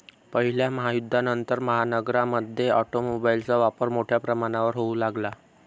पहिल्या महायुद्धानंतर, महानगरांमध्ये ऑटोमोबाइलचा वापर मोठ्या प्रमाणावर होऊ लागला